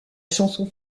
chanson